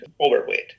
overweight